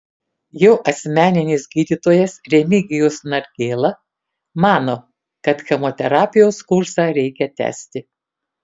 jo asmeninis gydytojas remigijus nargėla mano kad chemoterapijos kursą reikia tęsti